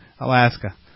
Alaska